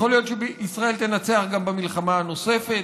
יכול להיות שישראל תנצח גם במלחמה הנוספת.